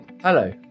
Hello